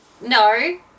No